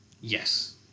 Yes